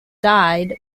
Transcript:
died